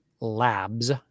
labs